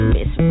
Miss